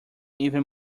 even